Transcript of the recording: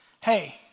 Hey